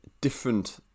different